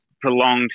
prolonged